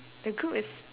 the group is